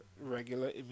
regular